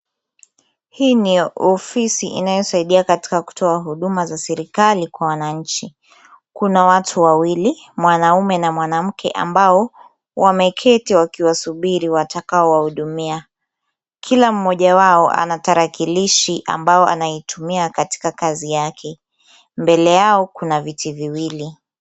Hii ni ofisi inayosaidia katika kutoa huduma za serikali kwa wananchi. Kuna watu wawili mwanaume na mwanamke ambao wameketi wakiwasubiri watakao wahudumia. Kila mmoja wao ana tarakilishi ambayo anaitumia katika kazi yake. Mbele yao kuna viti viwili.